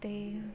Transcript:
ते